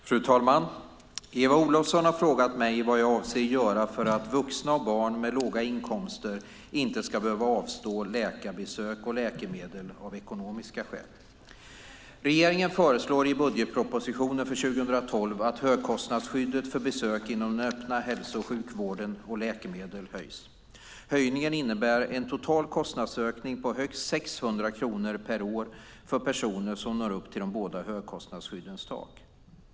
Fru talman! Eva Olofsson har frågat mig vad jag avser att göra för att vuxna och barn med låga inkomster inte ska behöva avstå från läkarbesök och läkemedel av ekonomiska skäl. Regeringen förslår i budgetpropositionen för 2012 att högkostnadsskydden för besök inom den öppna hälso och sjukvården och läkemedel höjs. Höjningen innebär en total kostnadsökning på högst 600 kronor på ett år för de personer som når upp till de båda högkostnadsskyddens tak.